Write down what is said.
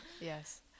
Yes